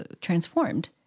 transformed